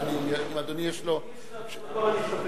אני אקרא בפרוטוקול.